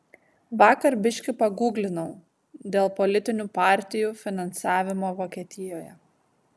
vakar biški pagūglinau dėl politinių partijų finansavimo vokietijoje